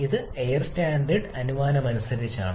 ഇത് air standard അനുമാനമനുസരിച്ചാണ്